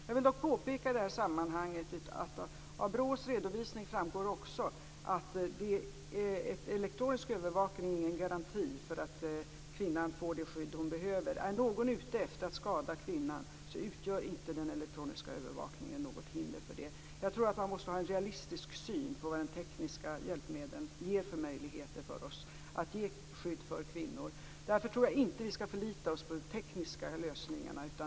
Jag vill dock i detta sammanhang påpeka att det av BRÅ:s redovisning också framgår att elektronisk övervakning inte är någon garanti för att kvinnan får det skydd hon behöver. Är någon ute efter att skada kvinnan utgör inte den elektroniska övervakningen något hinder för det. Jag tror att man måste ha en realistisk syn på vad de tekniska hjälpmedlen ger för möjligheter för oss att ge skydd för kvinnor. Därför tror jag inte att vi skall förlita oss på de tekniska lösningarna.